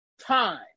time